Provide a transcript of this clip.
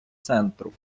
центру